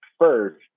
first